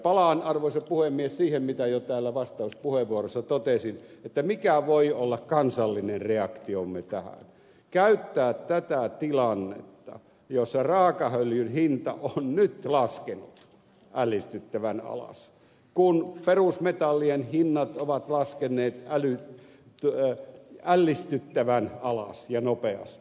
palaan arvoisa puhemies siihen mitä jo täällä vastauspuheenvuorossa totesin siitä mikä voi olla kansallinen reaktiomme tähän miten käyttää tätä tilannetta jossa raakaöljyn hinta on nyt laskenut ällistyttävän alas kun perusmetallien hinnat ovat laskeneet ällistyttävän alas ja nopeasti